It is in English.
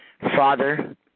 Father